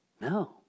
No